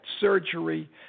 surgery